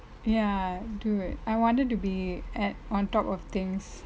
ya dude I wanted to be at on top of things